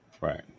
Right